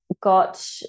got